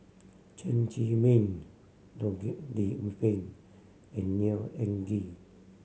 Chen Zhiming Loh Lik Peng and Neo Anngee